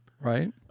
Right